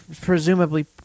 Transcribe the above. presumably